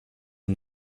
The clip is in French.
une